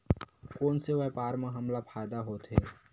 कोन से व्यापार म हमला फ़ायदा होथे?